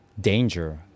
danger